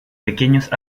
pequeños